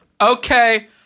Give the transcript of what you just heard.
Okay